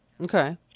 Okay